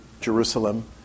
Jerusalem